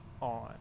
on